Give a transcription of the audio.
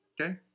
Okay